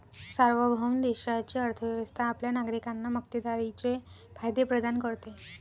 सार्वभौम देशाची अर्थ व्यवस्था आपल्या नागरिकांना मक्तेदारीचे फायदे प्रदान करते